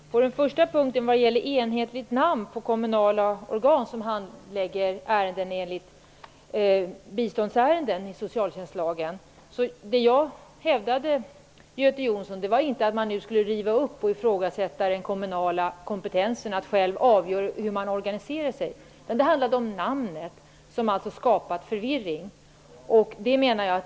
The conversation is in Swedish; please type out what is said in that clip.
Herr talman! På den första punkten, som gäller enhetligt namn på kommunala organ som handlägger biståndsärenden enligt socialtjänstlagen, hävdade jag inte att man nu skulle riva upp och ifrågasätta den kommunala kompetensen att själv avgöra hur man organiserar sig. Det handlade om namnet, som alltså har skapat förvirring.